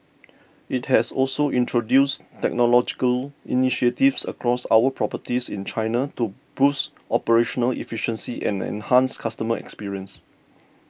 it has also introduced technological initiatives across our properties in China to boost operational efficiency and enhance customer experience